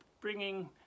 Bringing